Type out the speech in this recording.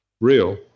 real